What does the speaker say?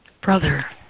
brother